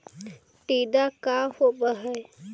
टीडा का होव हैं?